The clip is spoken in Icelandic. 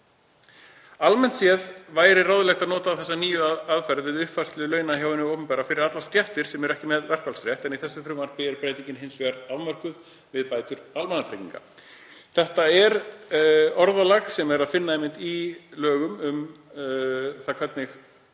Almennt séð væri ráðlegt að nota þessa nýju aðferð við uppfærslu launa hjá hinu opinbera fyrir allar stéttir sem eru ekki með verkfallsrétt. Í þessu frumvarpi er breytingin hins vegar afmörkuð við bætur almannatrygginga. Þetta er orðalag sem er að finna í lögum um það hvernig